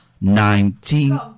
Nineteen